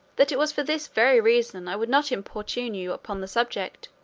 that it was for this very reason i would not importune you upon the subject,